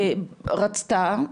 רצתה,